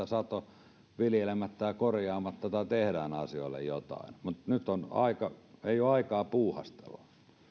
sato viljelemättä ja korjaamatta tai tehdään asioille jotain mutta nyt ei ole aikaa puuhasteluun